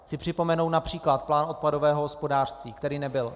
Chci připomenout např. plán odpadového hospodářství, který nebyl.